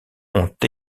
ont